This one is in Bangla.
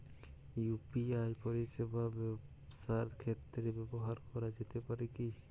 ইউ.পি.আই পরিষেবা ব্যবসার ক্ষেত্রে ব্যবহার করা যেতে পারে কি?